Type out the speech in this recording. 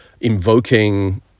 invoking